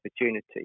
opportunity